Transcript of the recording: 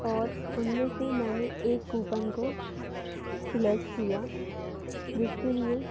और उनमें से मैंने एक कूपन को सिलेक्ट किया जिसके लिए